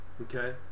Okay